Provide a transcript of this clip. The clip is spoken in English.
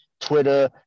Twitter